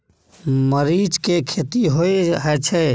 मरीच के खेती होय छय?